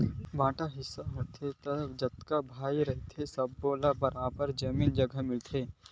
बांटा हिस्सा होथे त जतका भाई रहिथे सब्बो ल बरोबर जमीन जघा मिलथे